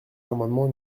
l’amendement